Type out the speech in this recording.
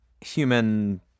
human